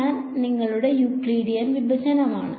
അത് നിങ്ങളുടെ യൂക്ലിഡിയൻ വിഭജനമാണ്